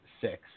six